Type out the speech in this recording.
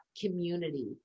community